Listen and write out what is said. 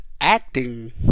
acting